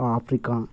Africa